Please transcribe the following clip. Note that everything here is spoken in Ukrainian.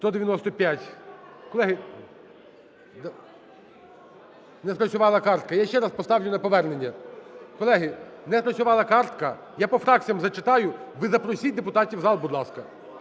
у залі) Не спрацювала картка. Я ще раз поставлю на повернення. Колеги, не спрацювала картка. Я по фракціях зачитаю. Ви запросіть депутатів в зал, будь ласка.